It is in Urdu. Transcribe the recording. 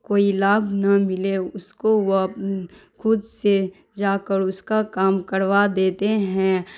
کوئی لابھ نہ ملے اس کو وہ خود سے جا کر اس کا کام کروا دیتے ہیں